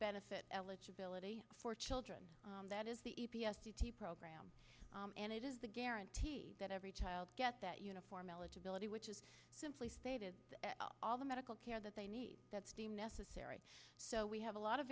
benefit eligibility for children that is the program and it is the guarantee that every child get that uniform eligibility which is simply stated all the medical care that they need that's necessary so we have a lot of